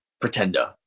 pretender